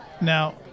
Now